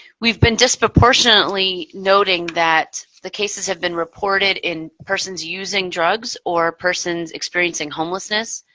we've been disproportionately noting that the cases have been reported in persons using drugs or persons experiencing homelessness,